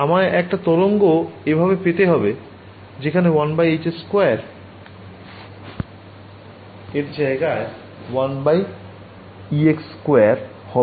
আমায় একটা তরঙ্গ এভাবে পেতে হবে যেখানে 1hx2 এর জায়গায় 1ex2 হবে